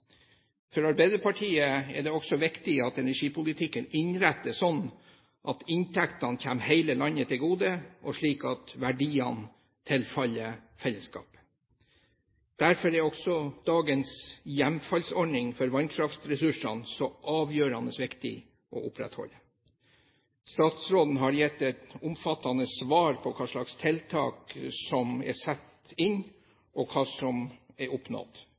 For Arbeiderpartiet er det også viktig at energipolitikken innrettes sånn at inntektene kommer hele landet til gode, og slik at verdiene tilfaller fellesskapet. Derfor er også dagens hjemfallsordning for vannkraftressursene så avgjørende viktig å opprettholde. Statsråden har gitt et omfattende svar på hva slags tiltak som er satt inn, og hva som er oppnådd.